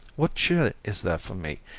what cheer is there for me,